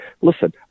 listen